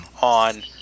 On